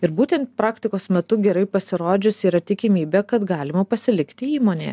ir būtent praktikos metu gerai pasirodžius yra tikimybė kad galima pasilikti įmonėje